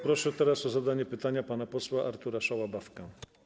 Proszę teraz o zadanie pytania pana posła Artura Szałabawkę.